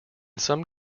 some